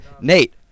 Nate